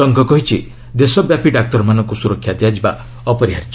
ସଂଘ କହିଛି ଦେଶବ୍ୟାପୀ ଡାକ୍ତରମାନଙ୍କୁ ସୁରକ୍ଷା ଦିଆଯିବା ଅପରିହାର୍ଯ୍ୟ